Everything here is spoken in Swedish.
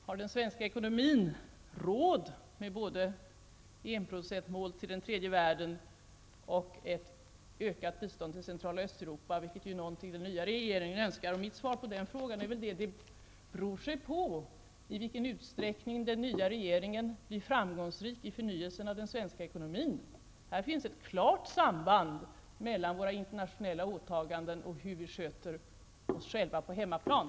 Har den svenska ekonomin råd med både enprocentsmål i fråga om biståndet till tredje världen och ett ökat bistånd till Central och Östeuropa, vilket är något som den nya regeringen önskar? Mitt svar på den frågan är att det beror på i vilken utsträckning den nya regeringen blir framgångsrik i förnyelsen av den svenska ekonomin. Här finns ett klart samband mellan våra internationella åtaganden och hur vi sköter oss själva på hemmaplan.